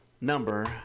number